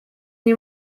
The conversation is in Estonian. nii